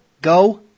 Go